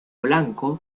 blanco